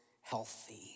healthy